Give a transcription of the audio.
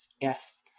Yes